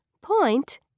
point